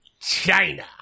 China